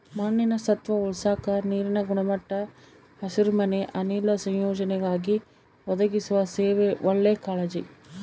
ಮಣ್ಣಿನ ಸತ್ವ ಉಳಸಾಕ ನೀರಿನ ಗುಣಮಟ್ಟ ಹಸಿರುಮನೆ ಅನಿಲ ಸಂಯೋಜನೆಗಾಗಿ ಒದಗಿಸುವ ಸೇವೆ ಒಳ್ಳೆ ಕಾಳಜಿ